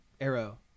Arrow